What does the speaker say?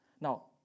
Now